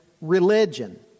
religion